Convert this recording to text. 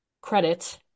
credit